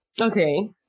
Okay